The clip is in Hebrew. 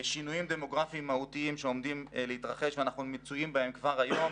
שינויים דמוגרפים מהותיים שעומדים להתרחש ואנחנו מצויים כבר היום,